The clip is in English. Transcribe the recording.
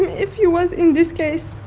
if he was in this case,